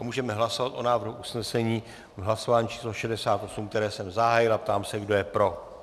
Můžeme hlasovat o návrhu usnesení v hlasování číslo 68, které jsem zahájil, a ptám se, kdo je pro.